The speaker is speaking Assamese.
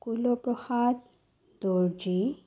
কুলপ্ৰসাদ দৰ্জী